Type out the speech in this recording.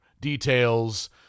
details